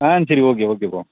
ஆ சரி okay okay bro